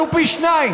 עלו פי שניים.